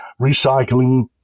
recycling